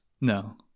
No